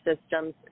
systems